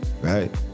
right